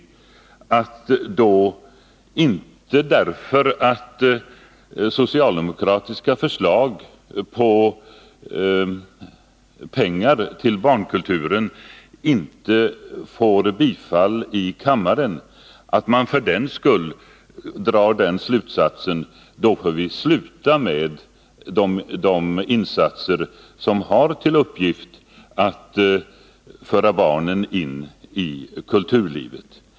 Bara för att socialdemokratiska förslag om pengar till barnkulturen inte vinner bifall i kammaren kan de inte dra den slutsatsen att de får lov att upphöra med de insatser som har till uppgift att föra barnen in i kulturlivet.